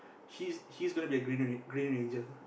she's she is going to be green green ranger